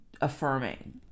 affirming